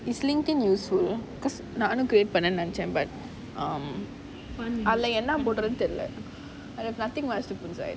is LinkedIn useful because நானும்:naanum create பண்ணனும் நினைச்சேன்:pannanum ninaichaen but um அதுல என்ன போடுறதுனு தெரில:athula enna podurathunu terila I have nothing much to put right